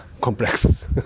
complex